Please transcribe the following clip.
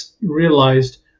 realized